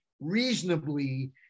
reasonably